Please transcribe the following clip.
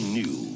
new